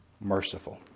merciful